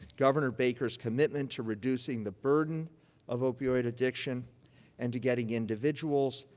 governor baker's commitment to reducing the burden of opioid addiction and to getting individuals,